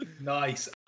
Nice